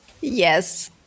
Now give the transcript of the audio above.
yes